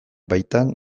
baitan